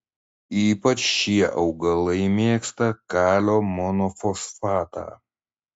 ypač šie augalai mėgsta kalio monofosfatą